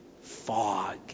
fog